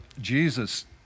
Jesus